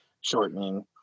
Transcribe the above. Shortening